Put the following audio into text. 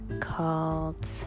called